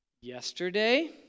yesterday